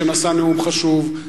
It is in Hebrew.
שנשא נאום חשוב,